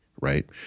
right